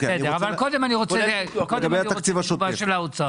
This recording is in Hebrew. אבל קודם אני רוצה את התגובה של האוצר.